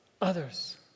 others